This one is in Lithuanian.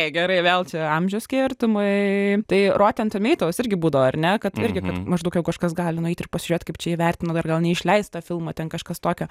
gerai vėl čia amžiaus skirtumai tai rotten tomatoes irgi būdavo ar ne kad irgi kad maždaug jau kažkas gali nueit ir pasižiūrėt kaip čia įvertino dar gal neišleistą filmą ten kažkas tokio